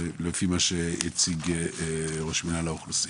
לפי מה שהציג ראש מנהל האוכלוסין.